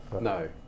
No